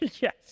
Yes